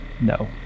No